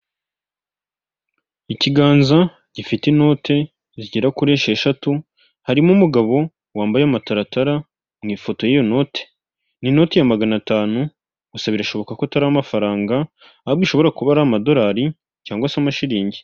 Ikiganza gifite inoti zigera kuri esheshatu, harimo umugabo wambaye amataratara mu ifoto y'iyo noti. Iyi noti ya magana atanu gusa birashoboka ko atari amafaranga, ahubwo ishobora kuba ari amadorari, cyangwa se amashiringi.